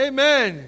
Amen